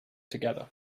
together